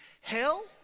Hell